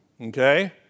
Okay